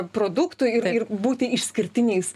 produktų ir būti išskirtiniais